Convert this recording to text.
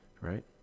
right